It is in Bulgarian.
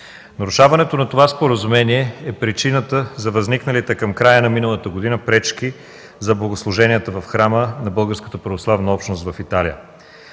Нарушаването на това споразумение е причината за възникналите към края на миналата година пречки за богослуженията в храма на българската